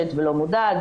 מושרשת ולא מודעת.